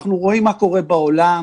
אנחנו רואים מה קורה בעולם,